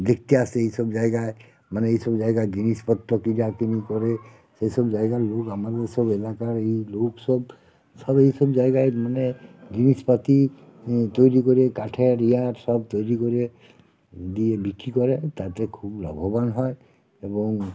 দেখতে আসে এই সব জায়গায় মানে এই সব জায়গার জিনিসপত্র কি যা কিনি করে সেসব জায়গার লোক আমাদের সব এলাকার এই লোক সব সব এই সব জায়গায় মানে জিনিসপাতি তৈরি করে কাঠের ইয়ের সব তৈরি করে দিয়ে বিক্রি করে তাতে খুব লাভবান হয় এবং